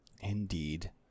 Indeed